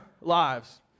lives